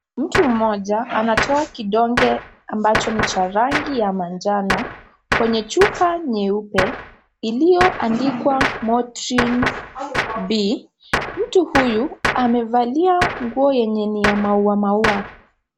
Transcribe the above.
Mtu mmoja, anatoa kidonge ambacho ni cha rangi ya manjano, kwenye chupa nyeupe, iliyoandikwa, "motrin B". Mtu huyu amevalia nguo yenye ya maua maua.